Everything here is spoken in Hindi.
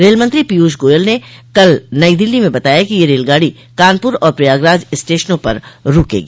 रेलमंत्री पीयूष गोयल ने कल नई दिल्ली में बताया कि यह रेलगाड़ी कानपुर और प्रयागराज स्टेशनों पर रूकेगी